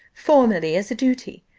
formally as a duty.